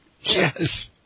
Yes